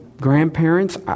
grandparents